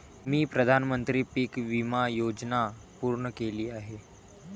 मी प्रधानमंत्री पीक विमा योजना पूर्ण केली आहे